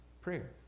prayer